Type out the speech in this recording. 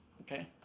okay